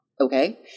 okay